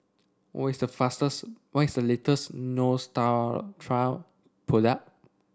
what is the fastest what is the latest Neostrata product